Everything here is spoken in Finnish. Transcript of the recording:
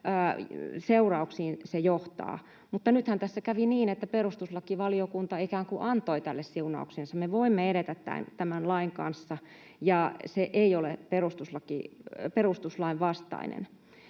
seurauksiin se johtaa. Mutta nythän tässä kävi niin, että perustuslakivaliokunta ikään kuin antoi tälle siunauksensa. Me voimme edetä tämän lain kanssa, ja se ei ole perustuslain vastainen.